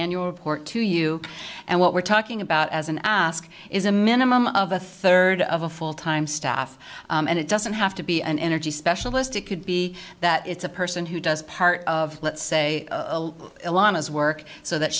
annual report to you and what we're talking about as an ask is a minimum of a third of a full time staff and it doesn't have to be an energy specialist it could be that it's a person who does part of let's say